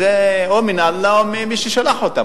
זה או מן אללה או ממי ששלח אותם,